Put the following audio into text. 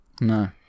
No